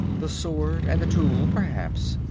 the sword and the tool perhaps,